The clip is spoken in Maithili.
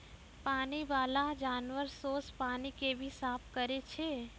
पानी बाला जानवर सोस पानी के भी साफ करै छै